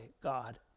God